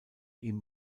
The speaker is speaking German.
ihm